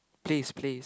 plays plays